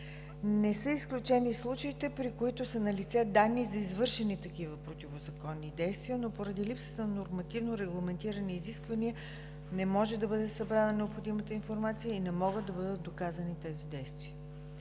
Не са изключение и случаите, при които са налице данни за извършени такива противозаконни действия, но поради липсата на нормативно регламентирани изисквания не може да бъде събрана необходимата информация и не могат да бъдат доказани тези действия.